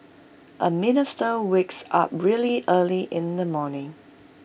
A minister wakes up really early in the morning